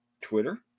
Twitter